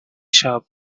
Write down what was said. shop